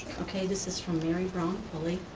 okay, this is from mary brown pulley.